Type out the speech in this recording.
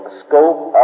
scope